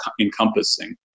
encompassing